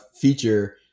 feature